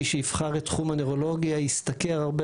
מי שיבחר את תחום הנוירולוגיה ישתכר הרבה